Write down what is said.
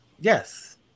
Yes